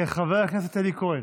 חבר הכנסת אלי כהן,